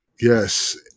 Yes